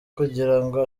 kugirango